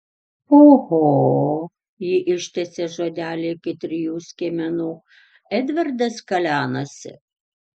oho ji ištęsė žodelį iki trijų skiemenų edvardas kalenasi